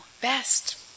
best